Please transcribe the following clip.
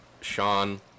Sean